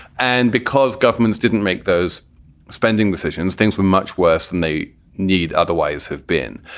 and because governments didn't make those spending decisions, things were much worse than they need otherwise have been.